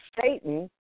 Satan